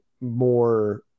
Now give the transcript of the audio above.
more